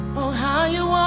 oh, how you